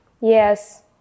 Yes